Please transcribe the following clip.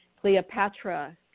Cleopatra